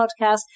podcast